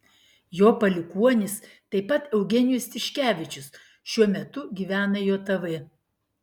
jo palikuonis taip pat eugenijus tiškevičius šiuo metu gyvena jav